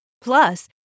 Plus